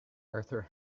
arthur